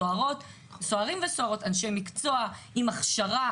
סוהרים וסוהרות אנשי מקצוע עם הכשרה,